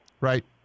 Right